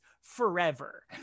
forever